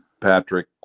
Patrick